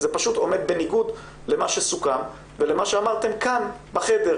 זה פשוט עומד בניגוד למה שסוכם ולמה שאמרתם כאן בחדר.